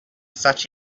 such